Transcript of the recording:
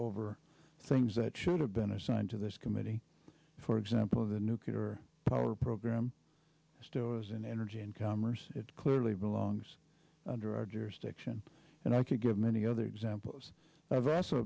over things that should have been assigned to this committee for example the nuclear power program stores an energy and commerce it clearly belongs under our jurisdiction and i could give many other examples of